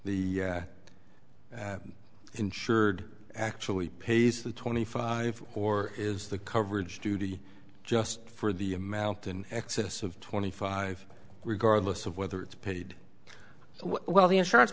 the insured actually pays the twenty five or is the coverage duty just for the amount in excess of twenty five regardless of whether it's paid while the insurance